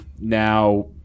now